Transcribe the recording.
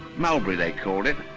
mulberry they called it.